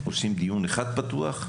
עושים דיון אחד פתוח.